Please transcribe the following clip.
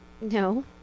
No